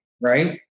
right